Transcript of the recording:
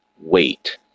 wait